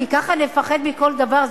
כי ככה נפחד מכל דבר,